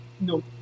no